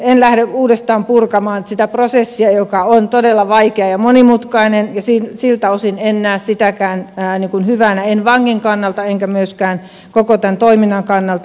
en lähde uudestaan purkamaan sitä prosessia joka on todella vaikea ja monimutkainen ja siltä osin en näe sitäkään hyvänä en vangin kannalta enkä myöskään koko tämän toiminnan kannalta